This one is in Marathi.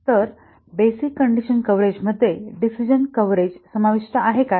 तर बेसिक कंडिशन कव्हरेज मध्ये डिसिजन कव्हरेज समाविष्ट आहे काय